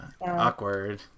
awkward